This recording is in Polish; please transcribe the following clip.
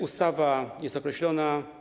Ustawa jest określona.